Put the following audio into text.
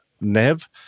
Nev